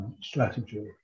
strategy